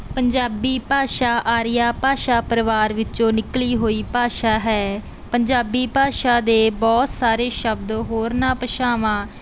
ਪੰਜਾਬੀ ਭਾਸ਼ਾ ਆਰੀਆ ਭਾਸ਼ਾ ਪਰਿਵਾਰ ਵਿੱਚੋਂ ਨਿਕਲੀ ਹੋਈ ਭਾਸ਼ਾ ਹੈ ਪੰਜਾਬੀ ਭਾਸ਼ਾ ਦੇ ਬਹੁਤ ਸਾਰੇ ਸ਼ਬਦ ਹੋਰਨਾਂ ਭਾਸ਼ਾਵਾਂ